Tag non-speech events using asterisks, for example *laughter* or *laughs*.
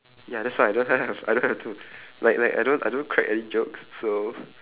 ya that's why I don't have *laughs* I don't have too *breath* like like I don't I don't crack any jokes so